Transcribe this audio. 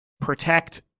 protect